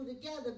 together